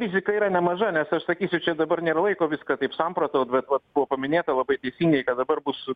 rizika yra nemaža nes aš sakysiu čia dabar nėra laiko viską taip samprotaut bet buvo paminėta labai teisingai kad dabar bus